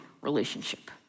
relationship